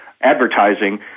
advertising